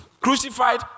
crucified